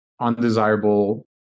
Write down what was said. undesirable